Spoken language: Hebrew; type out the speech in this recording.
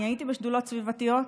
אני הייתי בשדולות סביבתיות,